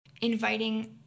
inviting